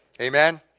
Amen